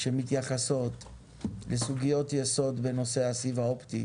שמתייחסות לסוגיות יסוד בנושא הסיב האופטי,